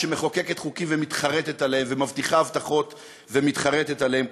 שמחוקקת חוקים ומתחרטת עליהם ומבטיחה הבטחות ומתחרטת עליהן,